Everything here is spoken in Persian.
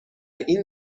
این